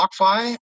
BlockFi